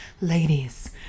ladies